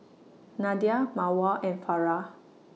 Nadia Mawar and Farah